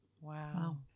Wow